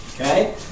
Okay